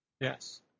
yes